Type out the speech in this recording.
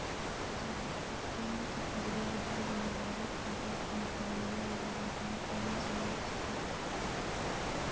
जाफर कें के प्रयोग दर्द निवारक के रूप में घरइया इलाज में कएल जाइ छइ